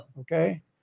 Okay